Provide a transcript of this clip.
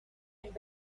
and